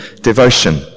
devotion